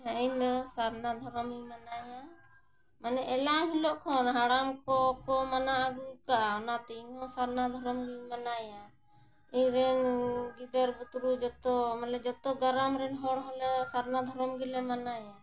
ᱦᱮᱸ ᱤᱧᱫᱚ ᱥᱟᱨᱱᱟ ᱫᱷᱚᱨᱚᱢ ᱤᱧ ᱢᱟᱱᱟᱣᱟ ᱢᱟᱱᱮ ᱮᱱᱟᱝ ᱦᱤᱞᱳᱜ ᱠᱷᱚᱱ ᱦᱟᱲᱟᱢ ᱠᱚ ᱠᱚ ᱢᱟᱱᱟᱣ ᱟᱹᱜᱩᱣ ᱠᱟᱜᱼᱟ ᱚᱱᱟᱛᱮ ᱤᱧᱦᱚᱸ ᱥᱟᱨᱱᱟ ᱫᱷᱚᱨᱚᱢ ᱜᱮᱧ ᱢᱟᱱᱟᱣᱟ ᱤᱧ ᱨᱮᱱ ᱜᱤᱫᱟᱹᱨ ᱵᱩᱛᱨᱩ ᱡᱷᱚᱛᱚ ᱢᱟᱱᱮ ᱡᱷᱚᱛᱚ ᱜᱨᱟᱢ ᱨᱮᱱ ᱦᱚᱲ ᱦᱚᱸᱞᱮ ᱥᱟᱨᱱᱟ ᱫᱷᱚᱨᱚᱢ ᱜᱮᱞᱮ ᱢᱟᱱᱟᱣᱟ